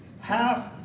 half